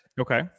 Okay